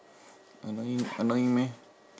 annoying annoying meh